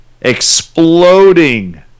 exploding